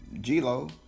G-Lo